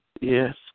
Yes